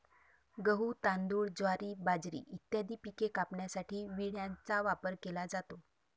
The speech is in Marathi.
गहू, तांदूळ, ज्वारी, बाजरी इत्यादी पिके कापण्यासाठी विळ्याचा वापर केला जातो